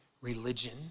religion